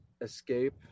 escape